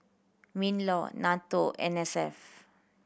MinLaw NATO and N S F